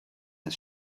his